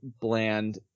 bland